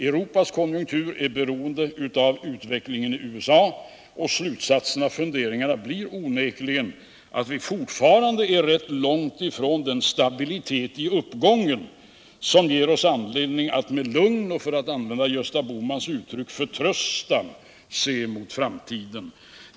Europas konjunktur är beroende av utvecklingen i USA, och slutsatsen av funderingarna blir onekligen att vi fortfarande är rätt långt ifrån den stabilitet i uppgången som ger oss anledning att med lugn och, för att använda Gösta Bohmans uttryck, förtröstan se mot framtiden.